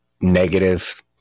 negative